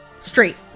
Straight